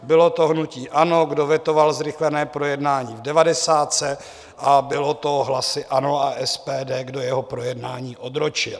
Bylo to hnutí ANO, kdo vetoval zrychlené projednání v devadesátce, a bylo to hlasy ANO a SPD, kdo jeho projednání odročil.